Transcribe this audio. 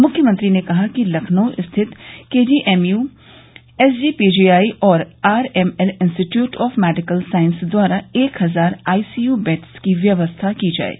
मुख्यमंत्री ने कहा कि लखनऊ स्थित केजीएमयू एसजीपीजीआई और आरएमएल इंस्टीट्यूट ऑफ मेडिकल साइस द्वारा एक हजार आईसीयू बेड़स की व्यवस्था की जाये